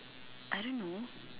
I don't know